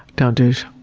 don't douche.